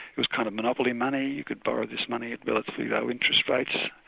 it was kind of monopoly money, you could borrow this money at relatively low interest rates.